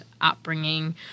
upbringing